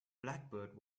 blackbird